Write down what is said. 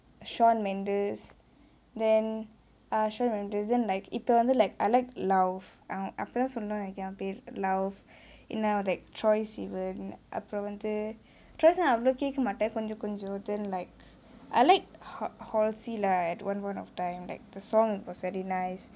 shawn mendes then ah shawn mendes then like இப்பே வந்து:ippe vanthu like I like lauv அப்டிதா சொல்லனுனு நெனக்குரே அவ பேரே:apdithaa sollenunu nenaikurae ava perae lauv and like troye sivan அப்ரோ வந்து:apro vanthu troye sivan அவலோ கேக்கமாட்டே கொஞ்சோ கொஞ்சோ:avalo kekkae maattae konjo konjo then like I like hal~ halsey lah at one point of time like the song was very nice